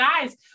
guys